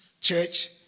Church